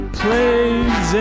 plays